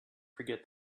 forget